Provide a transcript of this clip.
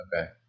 Okay